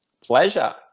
Pleasure